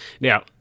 Now